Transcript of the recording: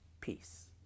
peace